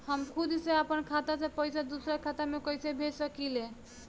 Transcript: हम खुद से अपना खाता से पइसा दूसरा खाता में कइसे भेज सकी ले?